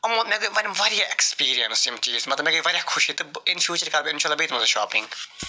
یِمو مےٚ گٔے وۄنۍ واریاہ ایٚکسپیٖریَنس ییٚمہِ چیٖزچ مَطلَب مےٚ گٔے واریاہ خوشی تہٕ بہٕ اِن فیوٗچر کَرٕ بہٕ اِنشاء اللہ بیٚیہِ تِمن سۭتۍ شاپِنٛگ